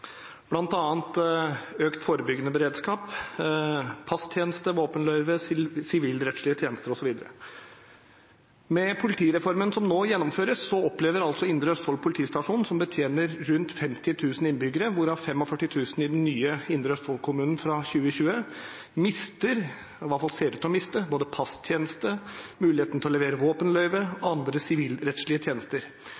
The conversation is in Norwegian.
bl.a. økt forebyggende beredskap, passtjeneste, våpenløyve, sivilrettslige tjenester osv. Med politireformen som nå gjennomføres, opplever Indre Østfold politistasjon, som betjener rundt 50 000 innbyggere, hvorav 45 000 i den nye Indre Østfold-kommunen fra 2020, å miste, i hvert fall ser ut til å miste, både passtjeneste, muligheten til å levere våpenløyve